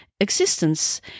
existence